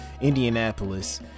Indianapolis